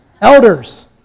Elders